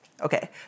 Okay